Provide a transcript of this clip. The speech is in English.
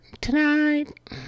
Tonight